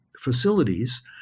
facilities